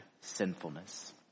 sinfulness